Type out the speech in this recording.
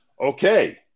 Okay